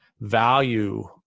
value